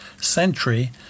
century